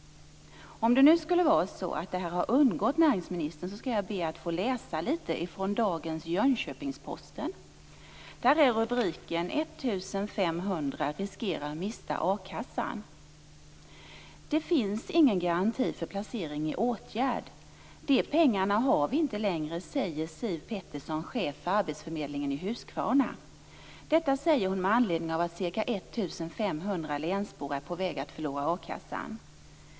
Om nu detta har undgått näringsministern skall jag be att få läsa högt ur dagens Jönköpings-Posten. Rubriken lyder: "1 500 riskerar mista a-kassan". "Det finns ingen garanti för placering i åtgärd. De pengarna har vi inte längre, säger Siw Pettersson, chef för arbetsförmedlingen i Huskvarna. Detta säger hon med anledning av att cirka 1 500 länsbor är på väg att förlora a-kassan.